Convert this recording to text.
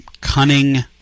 cunning